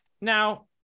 now